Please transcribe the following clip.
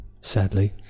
Sadly